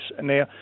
Now